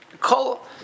call